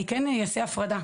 אני כן אעשה הפרדה,